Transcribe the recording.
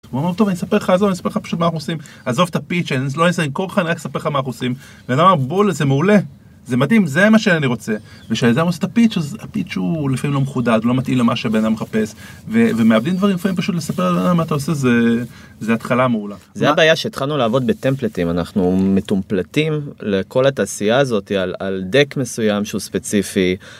הוא אומר טוב אני אספר לך עזוב אני אספר לך פשוט מה הם עושים עזוב את הפיצ'ר לוי סנק אוקר סמכה מה עושים.אז הוא אמר בול זה מעולה זה מדהים זה מה שאני רוצה ושזה יהרוס את הפיץ' הפיץ' הוא לפעמים לא מחודד לא מתאים למה שבן אדם מחפש ואם ומאבדים דברים פשוט ספר לדבר מה אתה עושה. זה התחלה מעולה זה הבעיה שהתחלנו לעבוד בטמפלטים אנחנו מטומפלטים לכל התעשיה הזאת על טק מסויים שהוא ספציפי